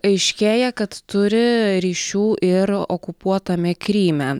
aiškėja kad turi ryšių ir okupuotame kryme